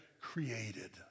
created